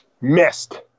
Missed